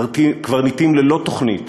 קברניטים ללא תוכנית,